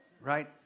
right